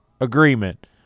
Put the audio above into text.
agreement